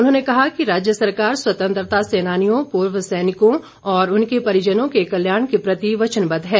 उन्होंने कहा कि राज्य सरकार स्वतंत्रता सेनानियों पूर्व सैनिकों और उनके परिजनों के कल्याण के प्रति वचनबद्ध है